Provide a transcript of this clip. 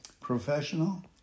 professional